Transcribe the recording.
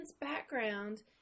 background